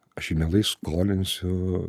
aš jį mielai skolinsiu